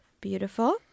Beautiful